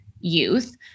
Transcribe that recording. youth